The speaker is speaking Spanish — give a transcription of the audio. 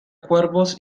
cuervos